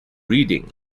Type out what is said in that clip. reading